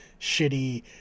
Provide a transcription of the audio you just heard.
shitty